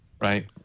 Right